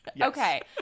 Okay